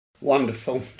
Wonderful